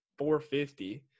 450